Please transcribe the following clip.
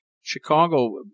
Chicago